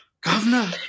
Governor